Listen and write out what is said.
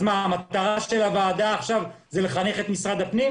אז מטרת הוועדה היא לחנך את משרד הפנים?